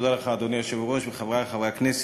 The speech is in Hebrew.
אדוני היושב-ראש, שוב תודה לך, חברי חברי הכנסת,